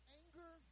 anger